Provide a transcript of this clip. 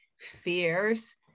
fears